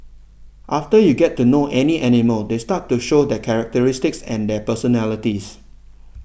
after you get to know any any animal they start to show their characteristics and their personalities